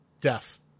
deaf